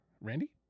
Randy